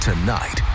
Tonight